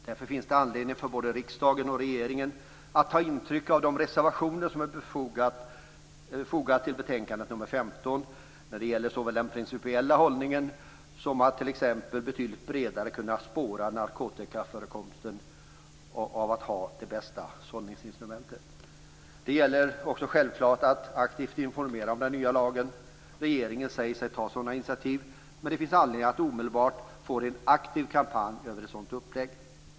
Därför finns det anledning för både riksdagen och regeringen att ta intryck av de reservationer som är fogade till betänkandet nr 15 när det gäller såväl den principiella hållningen som att man t.ex. betydligt bredare skall kunna spåra narkotikaförekomsten och ha det bästa sållningsinstrumentet. Det gäller självfallet också att aktivt informera om den nya lagen. Regeringen säger sig ta sådana initiativ, men det finns anledning att omedelbart föra en aktiv kampanj när det gäller ett sådant upplägg.